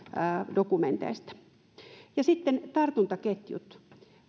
dokumenteista sitten tartuntaketjut